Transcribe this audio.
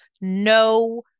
no